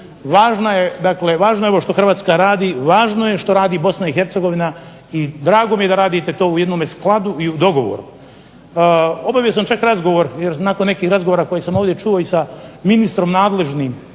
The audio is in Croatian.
važno je ovo što Hrvatska radi, važno je što radi Bosna i Hercegovina i drago mi je da radite to u jednome skladu i u dogovoru. Obavio sam čak razgovor, jer nakon nekih razgovora koji sam ovdje čuo i sa ministrom nadležnim